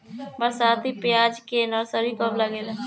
बरसाती प्याज के नर्सरी कब लागेला?